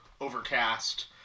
overcast